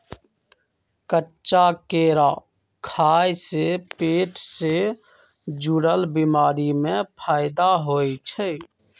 कच्चा केरा खाय से पेट से जुरल बीमारी में फायदा होई छई